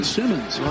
Simmons